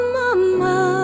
mama